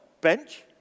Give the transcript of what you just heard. bench